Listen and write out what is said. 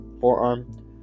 forearm